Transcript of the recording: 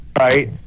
Right